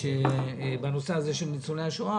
באחת הפעמים בנושא של ניצולי השואה.